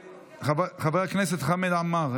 חבר הכנסת חבר הכנסת חמד עמאר,